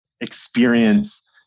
experience